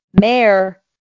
mayor